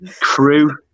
Crew